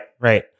right